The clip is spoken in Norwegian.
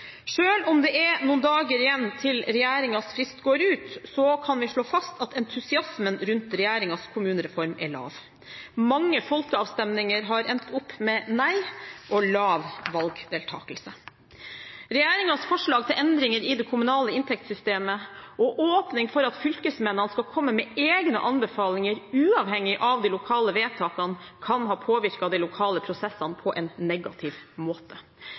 om det er noen dager igjen til regjeringens frist går ut, kan vi slå fast at entusiasmen rundt regjeringens kommunereform er lav. Mange folkeavstemninger har endt opp med nei og lav valgdeltakelse. Regjeringens forslag til endringer i det kommunale inntektssystemet og åpning for at fylkesmennene skal komme med egne anbefalinger, uavhengig av de lokale vedtakene, kan ha påvirket de lokale prosessene på en negativ måte.